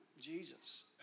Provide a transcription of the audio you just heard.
Jesus